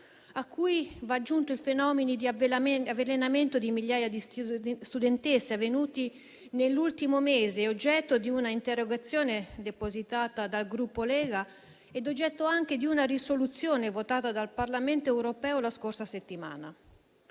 A questi vanno aggiunti i fenomeni di avvelenamento di migliaia di studentesse avvenuti nell'ultimo mese, oggetto di un'interrogazione depositata dal Gruppo Lega ed oggetto anche di una risoluzione votata dal Parlamento europeo la scorsa settimana.